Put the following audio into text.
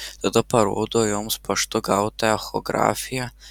tada parodo joms paštu gautą echografiją